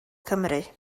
cymru